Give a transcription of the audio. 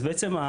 אז בעצם,